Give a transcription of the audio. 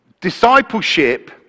discipleship